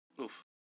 Oof